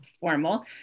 formal